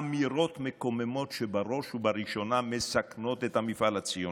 אמירות מקוממות שבראש ובראשונה מסכנות את המפעל הציוני.